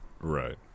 Right